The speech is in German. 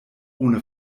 ohne